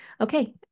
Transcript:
Okay